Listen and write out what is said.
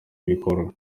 ubikora